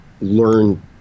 Learn